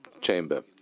chamber